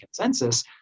consensus